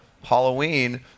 Halloween